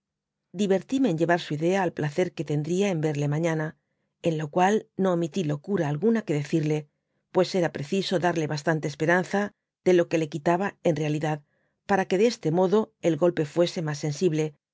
divertime en llevar su idea al placer que tendría en verle mañana en lo cual no omití locura alguna que decirle pues era preciso darle bastante esperanza de lo que le quitaba en realidad para que de este modo el golpe fuese mas sensible